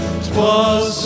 t'was